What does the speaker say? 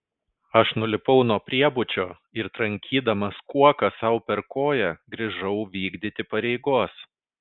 aš nulipau nuo priebučio ir trankydamas kuoka sau per koją grįžau vykdyti pareigos